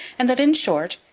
and that, in short,